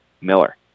Miller